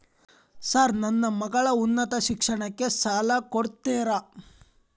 Sir ನನ್ನ ಮಗಳ ಉನ್ನತ ಶಿಕ್ಷಣಕ್ಕೆ ಸಾಲ ಕೊಡುತ್ತೇರಾ?